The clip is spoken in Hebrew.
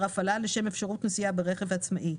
ההפעלה לשם אפשרות נסיעה ברכב העצמאי.